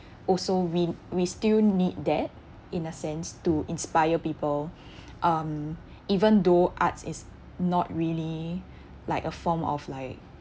also we we still need that in a sense to inspire people um even though arts is not really like a form of like